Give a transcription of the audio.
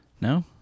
no